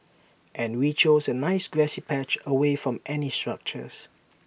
and we chose A nice grassy patch away from any structures